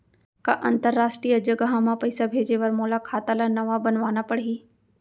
का अंतरराष्ट्रीय जगह म पइसा भेजे बर मोला खाता ल नवा बनवाना पड़ही?